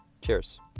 Cheers